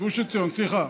גוש עציון, סליחה.